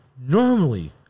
Normally